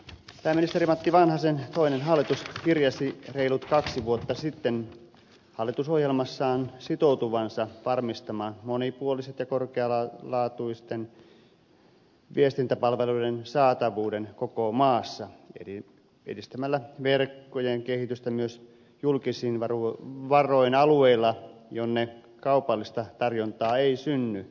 pääministeri matti vanhasen toinen hallitus kirjasi reilut kaksi vuotta sitten hallitusohjelmassaan sitoutuvansa varmistamaan monipuolisten ja korkealaatuisten viestintäpalveluiden saatavuuden koko maassa edistämällä verkkojen kehitystä myös julkisin varoin alueilla jonne kaupallista tarjontaa ei synny